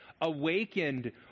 awakened